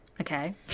Okay